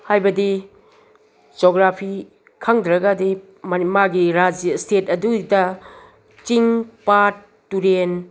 ꯍꯥꯏꯕꯗꯤ ꯖꯣꯒ꯭ꯔꯥꯐꯤ ꯈꯪꯗ꯭ꯔꯒꯗꯤ ꯃꯥꯒꯤ ꯔꯥꯖ꯭ꯌꯥ ꯏꯁꯇꯦꯠ ꯑꯗꯨꯗ ꯆꯤꯡ ꯄꯥꯠ ꯇꯨꯔꯦꯟ